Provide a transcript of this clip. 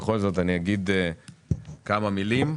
בכל זאת, אגיד כמה מילים.